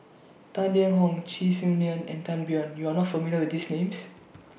Tang Liang Hong Chee Swee Lee and Tan Biyun YOU Are not familiar with These Names